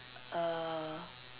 uh